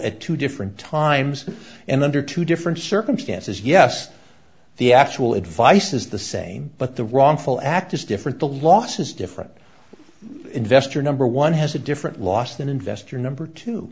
at two different times and under two different circumstances yes the actual advice is the same but the wrongful act is different the loss is different investor number one has a different loss than investor number two